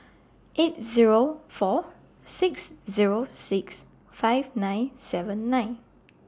eight Zero four six Zero six five nine seven nine